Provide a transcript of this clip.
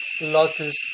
lotus